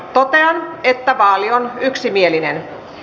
totean että vaali on yksimielinen